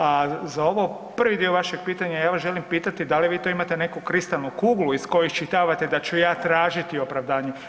A za ovo, prvi dio vašeg pitanja, ja vas želim pitati, da li vi to imate neku kristalnu kuglu iz koje iščitavati da ću ja tražiti opravdanje?